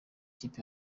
ikipe